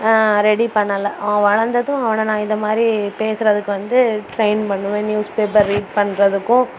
ready பண்ணலை அவன் வளர்ந்ததும் அவனை நான் இதை மாதிரி பேசுகிறதுக்கு வந்து ட்ரெய்ன் பண்ணுவேன் நியூஸ் பேப்பர் ரீட் பண்ணுறதுக்கும்